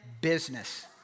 business